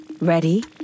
Ready